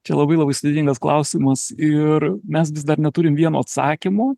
čia labai labai sudėtingas klausimas ir mes vis dar neturim vieno atsakymo